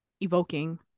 evoking